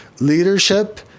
leadership